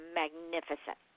magnificent